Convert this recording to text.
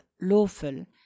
lawful